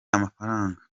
amafaranga